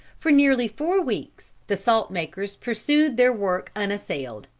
for nearly four weeks the salt-makers pursued their work unassailed.